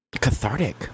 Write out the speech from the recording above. cathartic